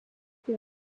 wir